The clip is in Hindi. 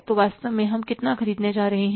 तो वास्तव में हम कितना खरीदने जा रहे हैं